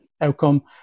outcome